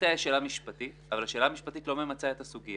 מתחתיה יש שאלה משפטית אבל השאלה המשפטית לא ממצה את הסוגיה.